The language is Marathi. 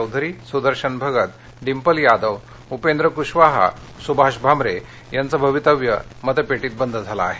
चौधरी सुदर्शन भगत डिंपल यादव उपेन्द्र कुशवाहा सुभाष भामरे यांचं भवितव्य मतपेटीत बंद झालं आहे